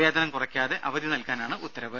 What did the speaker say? വേതനം കുറയ്ക്കാതെ അവധി നൽകാനാണ് ഉത്തരവ്